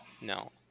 no